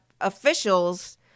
officials